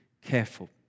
careful